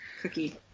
cookie